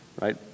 right